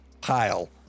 pile